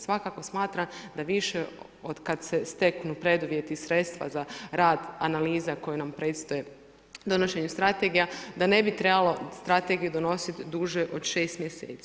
Svakako smatram da više od kada se steknu preduvjeti i sredstva za rad analiza koje nam predstoje donošenjem strategija da ne bi trebalo strategiju donositi duže od šest mjeseci.